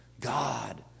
God